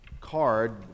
card